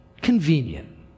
convenient